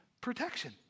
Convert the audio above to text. protection